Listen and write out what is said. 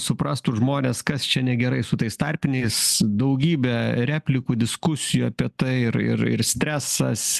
suprastų žmonės kas čia negerai su tais tarpiniais daugybė replikų diskusijų apie tai ir ir ir stresas